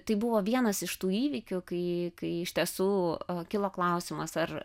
tai buvo vienas iš tų įvykių kai kai iš tiesų kilo klausimas ar